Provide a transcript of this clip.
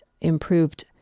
improved